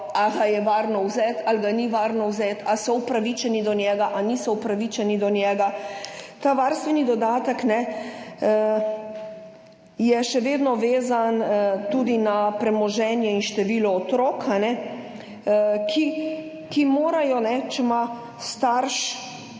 ali ga je varno vzeti ali ga ni varno vzeti, ali so upravičeni do njega ali niso upravičeni do njega. Ta varstveni dodatek je še vedno vezan tudi na premoženje in število otrok, ki morajo, če ima starš